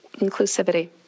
inclusivity